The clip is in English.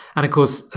and of course,